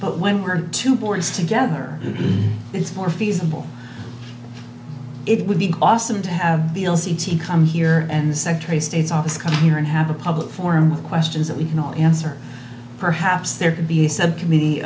but when we're two boards together it's more feasible it would be awesome to have the l c t come here and the secretary of state's office come here and have a public forum with questions that we can all answer perhaps there could be said committee